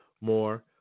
More